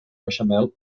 beixamel